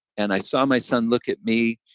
and i saw my son look at me,